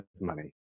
money